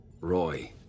Roy